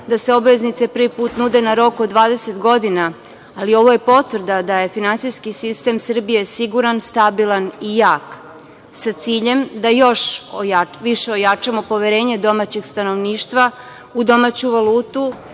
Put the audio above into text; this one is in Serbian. da se obveznice prvi put nude na rok od 20 godina. Ali, ovo je potvrda da je finansijski sistem Srbije siguran, stabilan i jak sa ciljem da još više ojačamo poverenje domaćeg stanovništva u domaću valutu,